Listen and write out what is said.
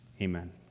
Amen